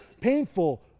painful